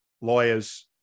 lawyers